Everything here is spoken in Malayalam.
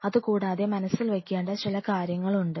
അതുകൂടാതെ മനസ്സിൽ വെക്കേണ്ട ചില കാര്യങ്ങളുമുണ്ട്